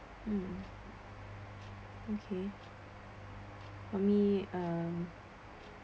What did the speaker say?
mm okay for me uh